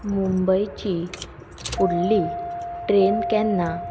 मुंबयची फुडली ट्रेन केन्ना